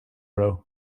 row